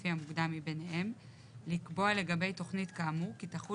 לפי המוקדם מביניהם לקבוע לגבי תכנית כאמור כי תחול